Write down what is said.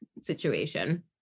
situation